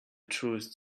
truest